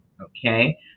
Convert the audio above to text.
Okay